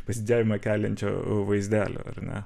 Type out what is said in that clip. pasididžiavimą keliančio vaizdelio ar ne